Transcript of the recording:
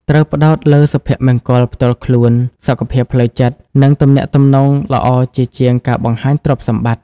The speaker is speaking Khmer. ត្រូវផ្តោតលើសុភមង្គលផ្ទាល់ខ្លួន សុខភាពផ្លូវចិត្ត និងទំនាក់ទំនងល្អជាជាងការបង្ហាញទ្រព្យសម្បត្តិ។